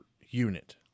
unit